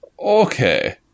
okay